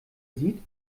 sieht